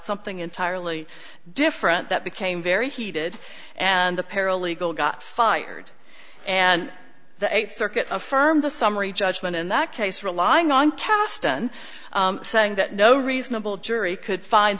something entirely different that became very heated and the paralegal got fired and the eighth circuit affirmed the summary judgment in that case relying on kasten saying that no reasonable jury could find